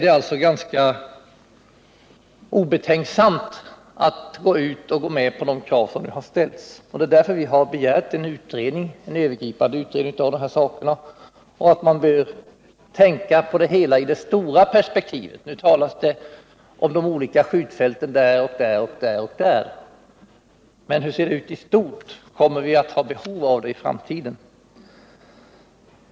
Det är därför ganska obetänksamt att gå med på de krav som här ställs. Det är också därför som vi har begärt en övergripande utredning av dessa frågor och att man bör tänka på detta i det stora perspektivet. Nu talas det i stället om de olika skjutfälten där och där. Men hur ser det ut i stort? Kommer vi att ha behov av dem i framtiden?